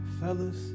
Fellas